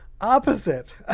opposite